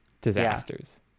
Disasters